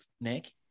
Nick